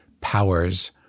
powers